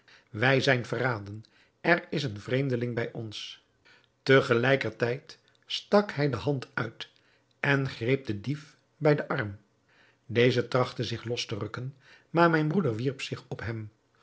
wij zijn verraden er is een vreemdeling bij ons te gelijker tijd stak hij de hand uit en greep den dief bij den arm deze trachtte zich los te rukken maar mijn broeder wierp zich op hem